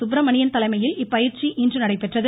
சுப்பிரமணியன் தலைமையில் இப்பயிற்சி இன்று நடைபெற்றது